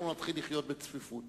אנחנו נתחיל לחיות בצפיפות.